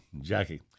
Jackie